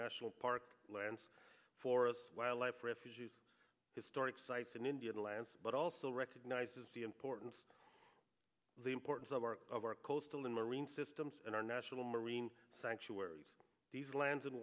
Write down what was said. national parks lands forests wildlife refuges historic sites and indian lands but also recognizes the importance the importance of our of our coastal and marine systems and our national marine sanctuaries these lands and